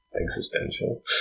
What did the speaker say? existential